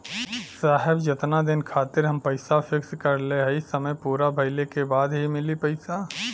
साहब जेतना दिन खातिर हम पैसा फिक्स करले हई समय पूरा भइले के बाद ही मिली पैसा?